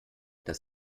dass